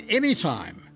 anytime